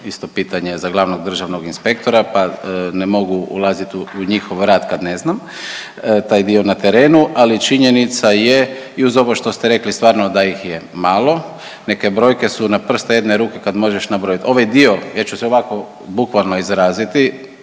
isto pitanje za glavnog državnog inspektora, pa ne mogu ulaziti u njihov rad kad ne znam taj dio na terenu. Ali činjenica je i uz ovo što ste rekli stvarno da ih je malo. Neke brojke su na prste jedne ruke kada možeš nabrojiti. Ovaj dio, ja ću se ovako bukvalno izraziti